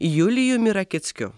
julijumi rakickiu